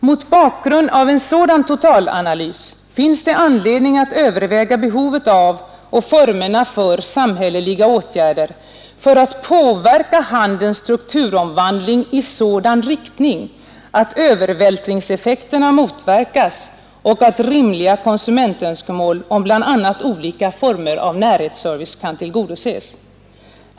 Mot bakgrunden av en sådan totalanalys finns det anledning att överväga behovet av och formerna för samhälleliga åtgärder för att påverka handelns strukturomvandling i sådan rikting att övervältringseffekterna motverkas och att rimliga konsumentönskemål om bl.a. olika former av närhetsservice kan tillgodoses.